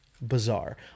bizarre